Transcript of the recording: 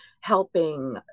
helping